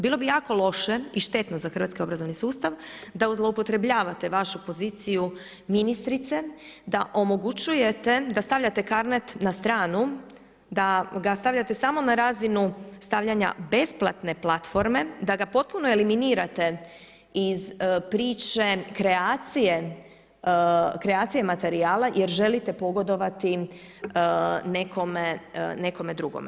Bilo bi jako loše i štetno za hrvatski obrazovni sustav da zloupotrebljavate vašu poziciju ministrice da omogućujete, da stavljate Carnet na stranu, da ga stavljate samo na razinu stavljanja besplatne platforme, da ga potpuno eliminirate iz priče kreacije materijala jer želite pogodovati nekome drugome.